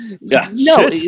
No